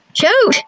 SHOOT